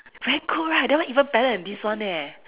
very cold right that one even better than this one eh